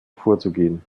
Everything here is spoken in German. vorzugehen